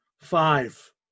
Five